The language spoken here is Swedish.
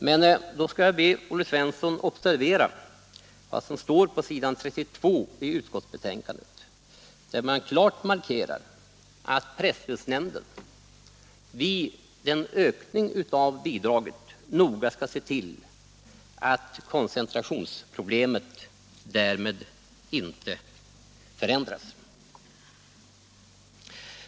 Men då skall jag be Olle Svensson observera vad som står på s. 32 i utskottsbetänkandet. Där markeras klart att presstödsnämnden vid en ökning av bidraget noga skall se till att koncentrationstendenserna därmed inte ökas.